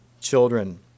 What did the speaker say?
children